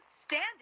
stand